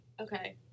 Okay